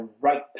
right